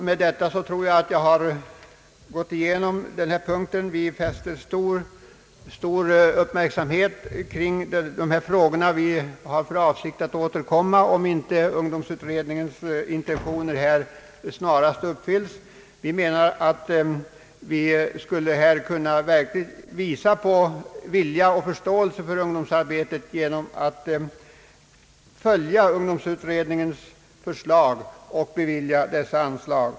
Med vad jag sagt tror jag mig ha gått igenom den här punkten. Vi fäster stor vikt vid dessa frågor och har för avsikt att återkomma till dem, om ungdomsutredningens intentioner inte uppfylls snarast. Vi menar att vi här verkligen kan visa vilja och förståelse för ungdomsarbetet genom att följa ungdomsutredningens förslag och bevilja detta. anslag.